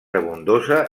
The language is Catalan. abundosa